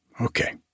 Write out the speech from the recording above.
okay